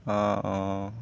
অঁ অঁ